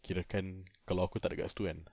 kirakan kalau aku tak ada kat situ kan